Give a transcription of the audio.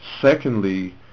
Secondly